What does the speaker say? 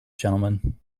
gentlemen